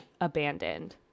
abandoned